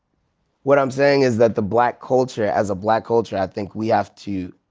what i'm saying is that the black culture, as a black culture i think we have to